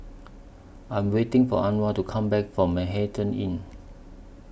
I Am waiting For Anwar to Come Back from Manhattan Inn